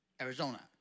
Arizona